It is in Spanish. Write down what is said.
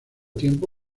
tiempo